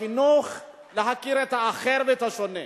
בחינוך להכרת האחר והשונה.